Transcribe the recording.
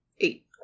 Eight